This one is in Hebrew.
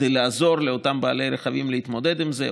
כדי לעזור לאותם בעלי רכבים להתמודד עם זה,